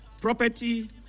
Property